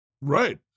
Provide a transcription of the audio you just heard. Right